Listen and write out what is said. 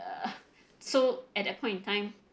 err so at that point in time